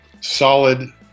solid